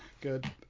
good